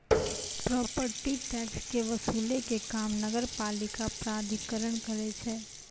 property tax के वसूलै के काम नगरपालिका प्राधिकरण करै छै